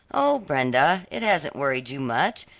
oh, brenda, it hasn't worried you much,